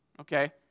Okay